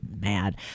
mad